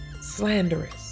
slanderous